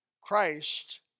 Christ